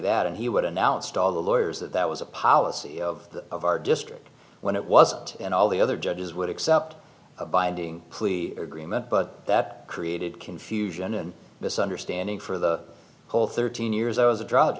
that he would announce to all the lawyers that that was a policy of of our district when it wasn't and all the other judges would accept a binding plea agreement but that created confusion and misunderstanding for the whole thirteen years i was a drug